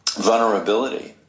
Vulnerability